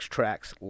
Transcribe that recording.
Tracks